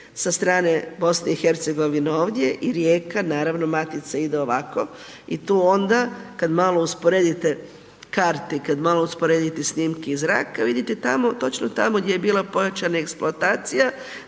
sa strane BiH ovdje i rijeka naravno matica ide ovako i tu onda kad malo usporedite karte i kad malo usporedite snimke iz zraka vidite tamo, točno tamo gdje je bila pojačana eksploatacija